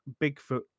Bigfoot